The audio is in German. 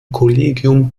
kollegium